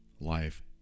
Life